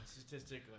Statistically